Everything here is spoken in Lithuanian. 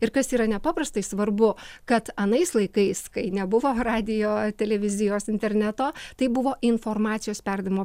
ir kas yra nepaprastai svarbu kad anais laikais kai nebuvo radijo televizijos interneto tai buvo informacijos perdavimo